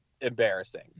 embarrassing